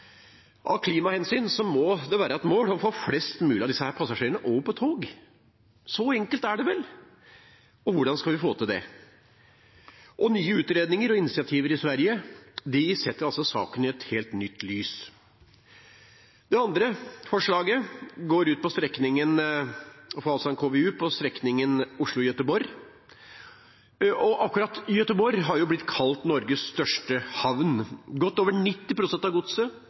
Av klimahensyn må det være et mål å få flest mulig av disse passasjerene over på tog. Så enkelt er det vel! Hvordan skal vi få til det? Nye utredninger og initiativer i Sverige setter saken i et helt nytt lys. Det andre forslaget går ut på å få laget en KVU for strekningen Oslo–Göteborg. Akkurat Göteborg har blitt kalt Norges største havn. Godt over 90 pst. av godset